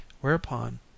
Whereupon